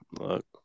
look